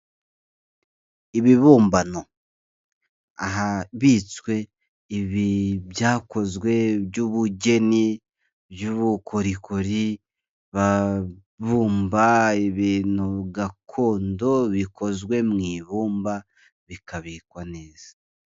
Ibibumbano, ahabitswe ibi ibyakozwe by'ubugeni, by'ubukorikori, aba bumba ibintu gakondo bikozwe mu ibumba, bikabikwa neza.